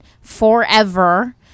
forever